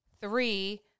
Three